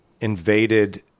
invaded